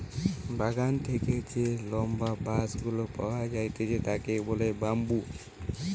বাগান থেকে যে লম্বা বাঁশ গুলা পাওয়া যাইতেছে তাকে বলে বাম্বু